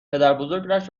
پدربزرگش